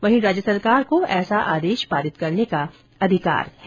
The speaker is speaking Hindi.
वहीं राज्य सरकार को ऐसा आदेश पारित करने का अधिकार है